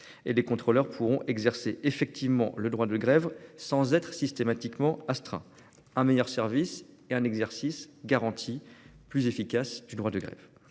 et les contrôleurs pourront exercer effectivement leur droit de grève sans être systématiquement astreints. Nous aurons ainsi un meilleur service et un exercice garanti et plus efficace du droit de grève.